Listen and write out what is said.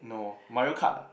no Mario-Kart lah